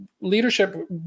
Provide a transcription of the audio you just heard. leadership